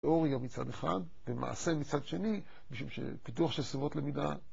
תיאוריה מצד אחד ומעשה מצד שני בשביל פיתוח של סביבות למידה